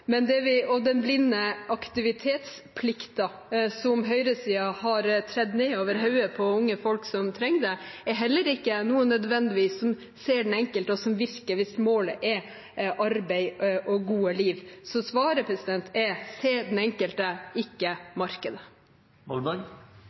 Og den blinde aktivitetsplikten som høyresiden har tredd ned over hodet på unge folk er heller ikke nødvendigvis noe som gjør at en ser den enkelte – eller noe som virker hvis målet er arbeid og gode liv. Så svaret er: Se den enkelte, ikke